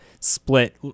split